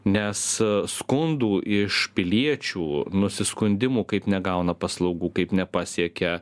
nes skundų iš piliečių nusiskundimų kaip negauna paslaugų kaip nepasiekia